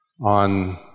on